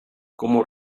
como